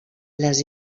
les